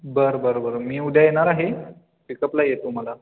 बरं बरं बरं मी उद्या येणार आहे पिकअपला ये तू मला